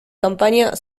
campaña